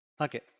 Okay